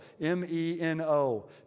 M-E-N-O